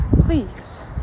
please